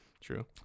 True